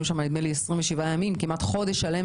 היו שם כמעט חודש שלם.